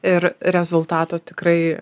ir rezultato tikrai